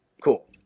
Cool